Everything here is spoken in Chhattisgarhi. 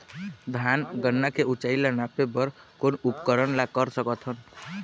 धान गन्ना के ऊंचाई ला नापे बर कोन उपकरण ला कर सकथन?